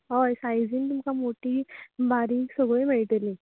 हय साय्जीन तुमकां मोठी बारीक सगळीं मेयटलीं